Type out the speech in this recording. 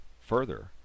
Further